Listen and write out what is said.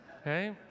Okay